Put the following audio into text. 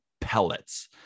pellets